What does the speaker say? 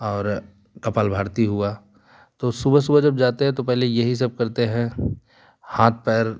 और कपालभाति हुआ तो सुबह सुबह जब जाते हैं तो पहले यही सब करते हैं हाथ पैर